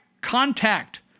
contact